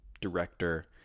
director